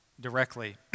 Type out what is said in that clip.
directly